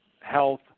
health